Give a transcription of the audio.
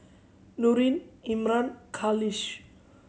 Nurin Imran Khalish